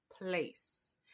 place